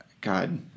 God